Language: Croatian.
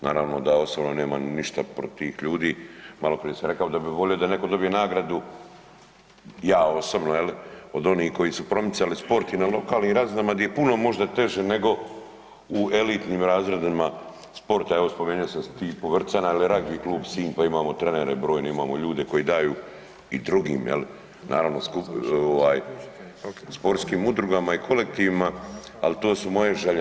Naravno da osobno nemam ništa protiv tih ljudi, maloprije sam rekao da bih volio da netko dobije nagradu, ja osobno, je li, od onih koji su promicali sport i na lokalnim razinama di je puno možda teže nego u elitnim razredima sporta, evo, spomenuo sam Stipu Vrcana ili Ragbi klub Sinj, pa imamo trenere brojne, imamo ljude koji daju i drugim, je li, naravno ovaj, sportskim udrugama i kolektivima, ali to su moje želje.